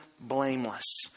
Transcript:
blameless